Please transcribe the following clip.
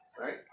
Right